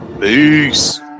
peace